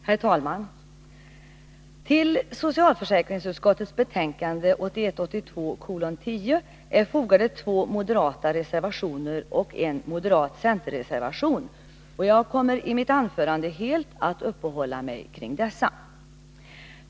Herr talman! Till socialförsäkringsutskottets betänkande 1981/82:10 är fogade två moderata reservationer och en moderat-centerreservation. Jag kommer i mitt anförande att helt uppehålla mig kring dessa.